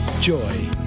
joy